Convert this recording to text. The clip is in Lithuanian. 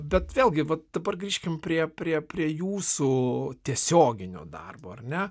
bet vėlgi vat dabar grįžkim prie prie prie jūsų tiesioginio darbo ar ne